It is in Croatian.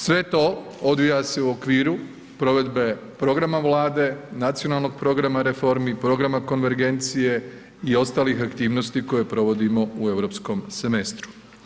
Sve to odvija se u okviru provedbe programa Vlade, nacionalnog programa reformi, programa konvergencije i ostalih aktivnosti koje provodimo u europskom semestru.